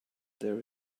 there